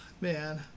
Man